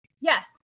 Yes